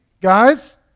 guys